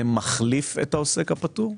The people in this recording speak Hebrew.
זה מחליף את העוסק הפטור?